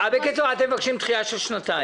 בקיצור, אתם מבקשים דחייה של שנתיים.